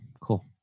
Cool